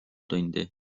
tundi